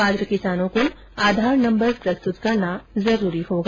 पात्र किसानों को आधार नम्बर प्रस्तुत करना अनिवार्य होगा